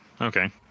Okay